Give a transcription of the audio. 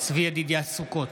צבי ידידיה סוכות,